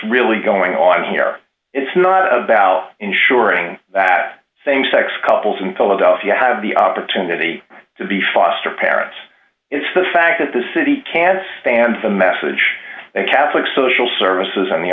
really going on here it's not about ensuring that same sex couples in philadelphia have the opportunity to be foster parents it's the fact that the city can't stand the message catholic social services on the